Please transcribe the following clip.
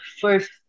first